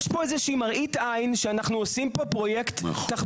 יש פה איזו שהיא מראית עין לפיה אנחנו עושים פה פרויקט תחבורתי,